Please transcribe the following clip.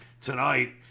Tonight